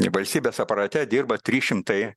valstybės aparate dirba trys šimtai